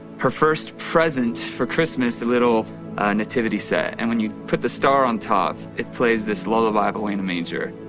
her first present for christmas a little nativity set and when you put the star on top, it plays this lullaby away in the manger.